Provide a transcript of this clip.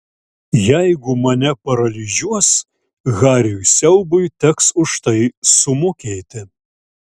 jeigu mane paralyžiuos hariui siaubui teks už tai sumokėti